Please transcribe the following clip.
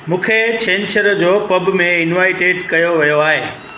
मूंखे छंछरु जो पब में इंवाइटिड कयो वियो आहे